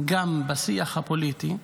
גם בשיח הפוליטי.